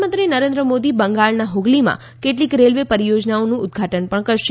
પ્રધાનમંત્રી નરેન્દ્ર મોદી બંગાળના હ્ગલીમાં કેટલીક રેલ્વે પરિયોજનાઓનું ઉદઘાટન પણ કરશે